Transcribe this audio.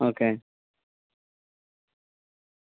chicken biryani గ్రీ green chicken